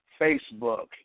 Facebook